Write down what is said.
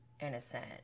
innocent